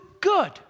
good